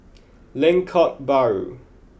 Lengkok Bahru